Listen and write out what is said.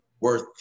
worth